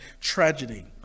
tragedy